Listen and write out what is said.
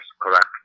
correct